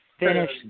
Finish